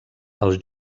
els